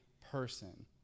person